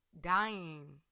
dying